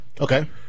Okay